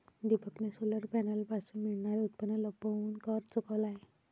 दीपकने सोलर पॅनलपासून मिळणारे उत्पन्न लपवून कर चुकवला आहे